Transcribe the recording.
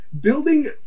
building